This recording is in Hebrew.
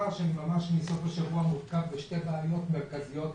מסוף השבוע אני מותקף בשתי בעיות מרכזיות ועיקריות.